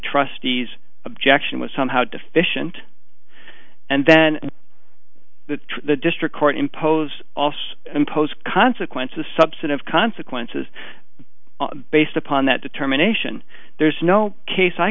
trustees objection was somehow deficient and then the district court imposed also impose consequences substantive consequences based upon that determination there's no case i